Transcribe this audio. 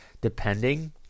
depending